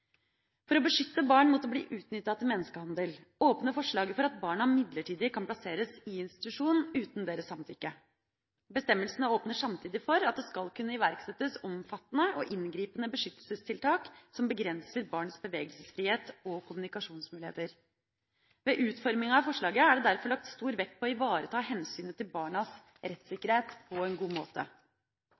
For å beskytte barn mot å bli utnyttet til menneskehandel åpner forslaget for at barna midlertidig kan plasseres i institusjon uten deres samtykke. Bestemmelsene åpner samtidig for at det skal kunne iverksettes omfattende og inngripende beskyttelsestiltak som begrenser barns bevegelsesfrihet og kommunikasjonsmuligheter. Ved utforminga av forslaget er det derfor lagt stor vekt på å ivareta hensynet til barnas rettssikkerhet på en god måte.